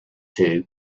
two